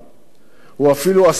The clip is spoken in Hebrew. הוא אפילו עשה איזה סרט,